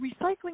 recycling